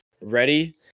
ready